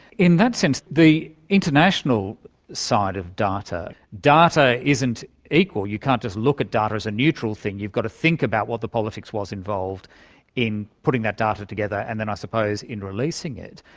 in that sense the international side of data, data isn't equal, you can't just look at data as a neutral thing, you've got think about what the politics was involved in putting that data together, and then i suppose in releasing it.